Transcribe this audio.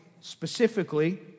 specifically